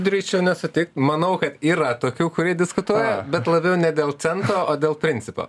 drįsčiau nesutikt manau kad yra tokių kurie diskutuoja bet labiau ne dėl cento o dėl principo